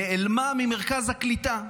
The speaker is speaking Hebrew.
נעלמה ממרכז הקליטה.